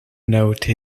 note